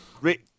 Rick